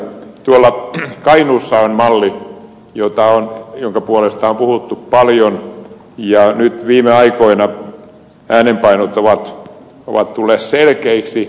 tuolla kainuussa on malli jonka puolesta on puhuttu paljon ja nyt viime aikoina äänenpainot ovat tulleet selkeiksi